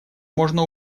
можно